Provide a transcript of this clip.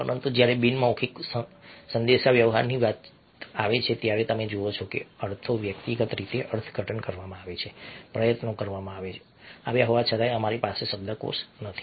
પરંતુ જ્યારે બિનમૌખિક સંદેશાવ્યવહારની વાત આવે છે ત્યારે તમે જુઓ છો કે અર્થો વ્યક્તિગત રીતે અર્થઘટન કરવામાં આવે છે પ્રયત્નો કરવામાં આવ્યા હોવા છતાં અમારી પાસે શબ્દકોશ નથી